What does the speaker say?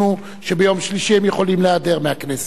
שביום שלישי הם יכולים להיעדר מהכנסת,